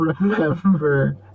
remember